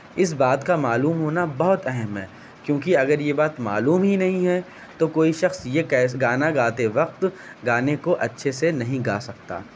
اس بات کا معلوم ہونا بہت اہم ہے کیونکہ اگر یہ بات معلوم ہی نہیں ہے تو کوئی شخص یہ گانا گاتے وقت گانے کو اچھے سے نہیں گا سکتا